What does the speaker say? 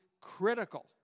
critical